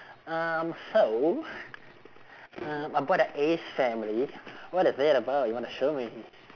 um so um I bought a ace family what a you wanna show me